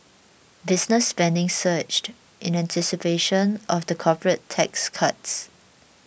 business spending surged in anticipation of the corporate tax cuts